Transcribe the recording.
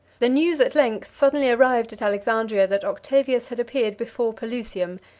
the news at length suddenly arrived at alexandria that octavius had appeared before pelusium,